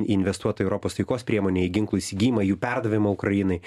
investuota į europos taikos priemonę į ginklų įsigijimą jų perdavimą ukrainai